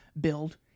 build